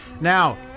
Now